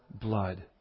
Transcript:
blood